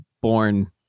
born